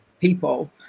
people